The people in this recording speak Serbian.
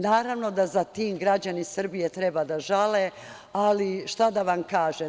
Naravno da za tim građani Srbije treba da žale, ali šta da vam kažem.